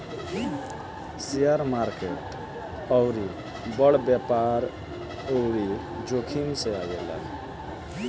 share market अउरी बड़ व्यापार अउरी जोखिम मे आवेला